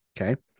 Okay